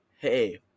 Hey